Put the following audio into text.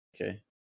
Okay